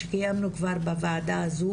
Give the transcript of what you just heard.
שקיימנו כבר בוועדה הזו,